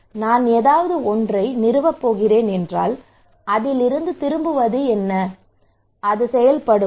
நான் ஏதாவது ஒன்றை நிறுவப் போகிறேன் என்றால் அதில் இருந்து திரும்புவது என்ன அது செயல்படுமா